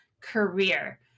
career